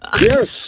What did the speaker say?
Yes